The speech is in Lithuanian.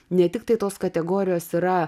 ne tiktai tos kategorijos yra